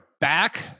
back